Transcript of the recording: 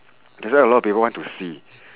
that's why a lot of people want to see